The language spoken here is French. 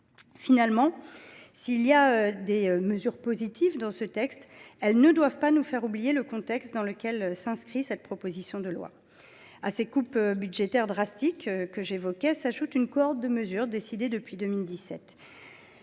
Finalement, s’il y a des mesures positives dans ce texte, celles ci ne doivent pas nous faire oublier le contexte dans lequel s’inscrit cette proposition de loi. À ces coupes budgétaires radicales s’ajoute une cohorte de mesures décidées depuis 2017,